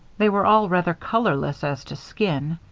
they were all rather colorless as to skin.